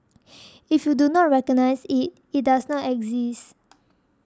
if you do not recognise it it does not exist